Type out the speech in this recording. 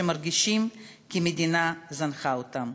שמרגישים כי המדינה זנחה אותם.